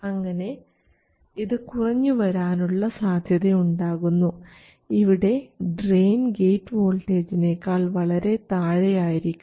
അങ്ങനെ ഇത് കുറഞ്ഞു വരാനുള്ള സാധ്യത ഉണ്ടാകുന്നു ഇവിടെ ഡ്രയിൻ ഗേറ്റ് വോൾട്ടേജിനേക്കാൾ വളരെ താഴെയായിരിക്കണം